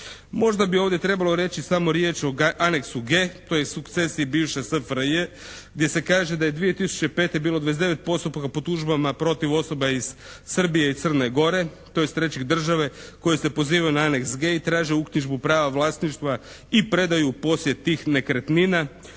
Možda bi ovdje trebalo reći samo riječ o Aneksu G, tj. sukcesiji bivše SFRJ gdje se kaže da je 2005. bilo 29% po tužbama protiv osoba iz Srbije i Crne Gore, tj. treće države koje se pozivaju na Aneks G i traže uknjižbu prava vlasništva i predaju u posjed tih nekretnina.